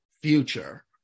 future